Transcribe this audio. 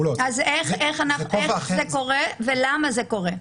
אז איך זה קורה ולמה זה קורה?